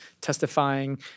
testifying